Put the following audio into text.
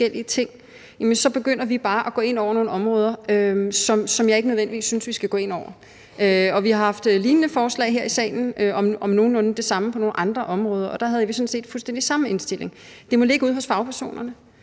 så begynder vi bare at gå ind over nogle områder, som jeg ikke nødvendigvis synes at vi skal gå ind over. Vi har haft lignende forslag her i salen om nogenlunde det samme på nogle andre områder, og der havde vi sådan set fuldstændig samme indstilling. Det må ligge ude hos fagpersonerne.